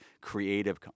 creative